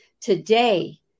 today